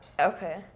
Okay